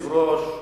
אדוני היושב-ראש,